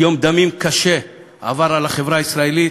יום דמים קשה עבר על החברה הישראלית.